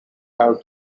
have